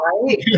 right